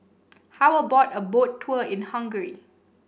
how about a Boat Tour in Hungary